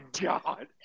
God